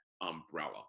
umbrella